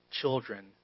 children